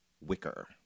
Wicker